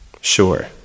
Sure